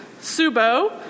Subo